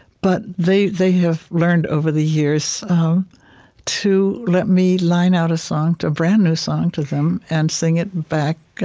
but they they have learned over the years to let me line out a song, a brand new song to them, and sing it back,